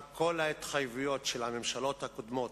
כל ההתחייבויות של הממשלות הקודמות,